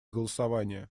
голосования